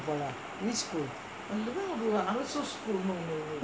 which school